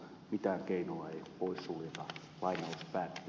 mitään keinoa ei pois suljeta